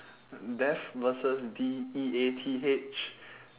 death versus D E A T H